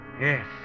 Yes